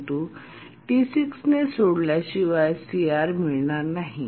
परंतु T6 ने सोडल्या शिवाय CR मिळणार नाही